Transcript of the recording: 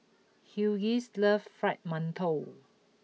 Hughie loves Fried Mantou